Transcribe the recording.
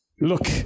Look